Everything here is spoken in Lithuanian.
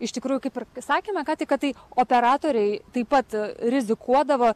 iš tikrųjų kaip ir sakėme ką tik tai operatoriai taip pat rizikuodavo